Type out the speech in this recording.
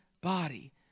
body